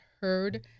heard